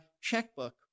checkbook